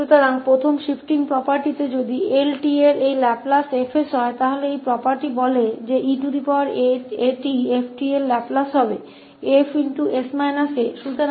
तो पहली shifting property पर आते हैं इसलिए यदि 𝑓𝑡 का यह लैपलेस 𝐹𝑠 है तो यह प्रॉपर्टी कहती है कि eat𝑓𝑡 का लैपलेस 𝐹𝑠 − 𝑎 होगा